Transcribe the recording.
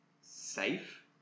safe